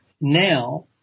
now